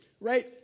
right